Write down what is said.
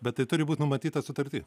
bet tai turi būt numatyta sutarty